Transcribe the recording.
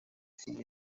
silla